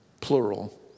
plural